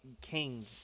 King